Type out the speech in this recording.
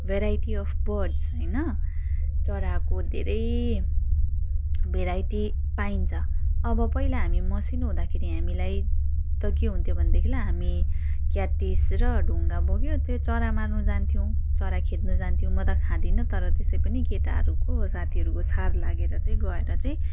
variety अब् birds होइन चराको धेरै भेराइटी पाइन्छ अब पहिला हामी मसिनो हुँदाखेरि हामीलाई त के हुन्थ्यो भने देखिलाई हामी क्याटिस र ढुङ्गा बोक्यो त्यो चरा मार्नु जान्थ्यौँ चरा खेद्नु जान्थ्यौँ म त खादिनँ तर त्यसै पनि केटाहरूको साथीहरूको सार लागेर चाहिँ गएर चाहिँ